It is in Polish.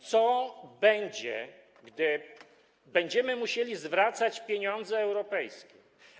Co będzie, gdy będziemy musieli zwracać pieniądze europejskie?